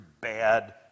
bad